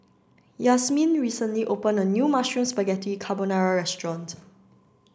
Yazmin recently opened a new Mushroom Spaghetti Carbonara restaurant